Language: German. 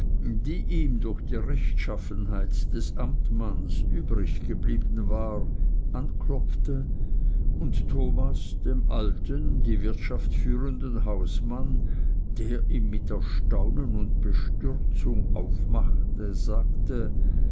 die ihm durch die rechtschaffenheit des amtmanns übriggeblieben war anklopfte und thomas dem alten die wirtschaft führenden hausmann der ihm mit erstaunen und bestürzung aufmachte sagte